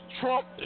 Trump